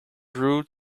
rude